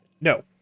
No